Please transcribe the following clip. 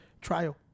trial